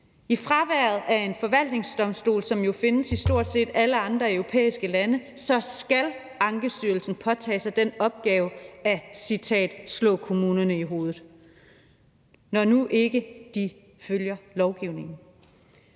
I fraværet af en forvaltningsdomstol, som jo findes i stort set alle andre europæiske lande, skal Ankestyrelsen påtage sig den opgave »at slå myndighederne i hovedet«, når nu de ikke følger lovgivningen.